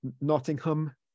Nottingham